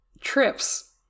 trips